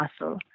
muscle